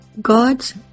God's